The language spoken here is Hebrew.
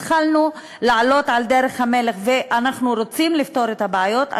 התחלנו לעלות על דרך המלך ואנחנו רוצים לפתור את הבעיות?